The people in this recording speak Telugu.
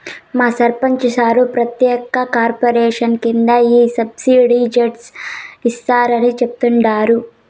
మా సర్పంచ్ సార్ ప్రత్యేక కార్పొరేషన్ కింద ఈ సబ్సిడైజ్డ్ ఇస్తారని చెప్తండారు